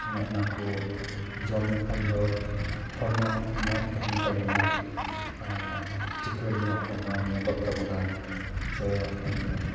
ᱱᱚᱜᱼᱚᱱᱟ ᱠᱚ ᱡᱚᱢ ᱞᱮᱠᱷᱟᱱ ᱫᱚ ᱦᱚᱲᱢᱚ ᱢᱚᱡᱽ ᱛᱟᱦᱮᱱ ᱛᱟᱵᱚᱱᱟ ᱪᱤᱠᱟᱹᱲ ᱧᱚᱜ ᱦᱚᱲᱢᱚ ᱧᱮᱞᱚᱜ ᱛᱟᱵᱚᱱᱟ ᱥᱮ